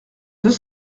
deux